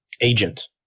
agent